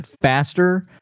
faster